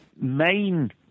main